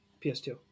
PS2